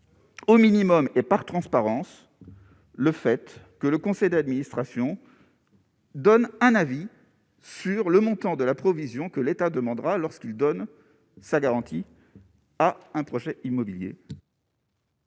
au minimum et par transparence, le fait que le conseil d'administration. Donne un avis sur le montant de la provision que l'État demandera lorsqu'il donne sa garantie à un projet immobilier.